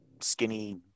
skinny